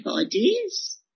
ideas